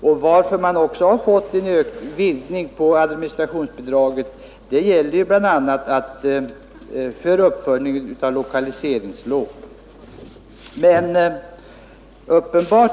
De har ju också fått en vidgning av administrationsbidraget bl.a. för uppföljning av lokaliseringslån.